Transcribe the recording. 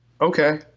Okay